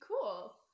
Cool